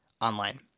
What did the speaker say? online